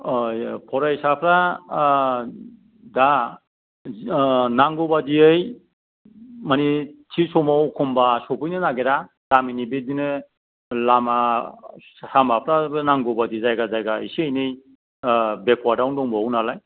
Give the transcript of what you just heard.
फरायसाफ्रा दा नांगौ बादियै मानि थि समाव एखमबा सौफैनो नागिरा गामिनि बेदिनो लामा सामाफ्राबो नांगौ बादि जायगा जायगा एसे एनै बेकवार्ड आवनो दंबावयो नालाय